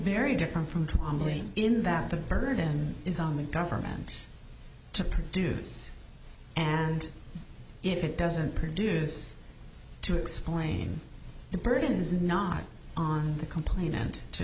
very different from tromping in that the burden is on the government to produce and if it doesn't produce to explain the burden is not on the complainant to